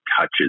touches